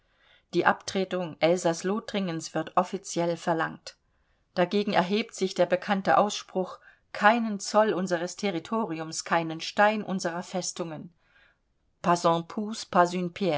die abtretung elsaß-lothringens wird offiziell verlangt dagegen erhebt sich der bekannte ausspruch keinen zoll unseres territoriums keinen stein unserer festungen